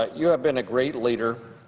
but you have been a great leader.